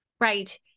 Right